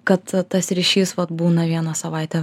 kad tas ryšys vat būna vieną savaitę